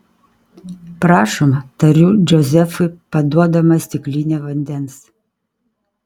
prašom tariu džozefui paduodama stiklinę vandens